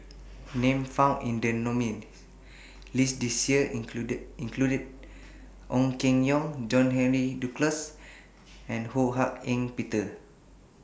Names found in The nominees' list This Year include Ong Keng Yong John Henry Duclos and Ho Hak Ean Peter